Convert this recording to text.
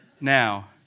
Now